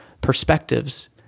perspectives